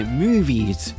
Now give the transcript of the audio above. movies